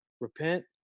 Repent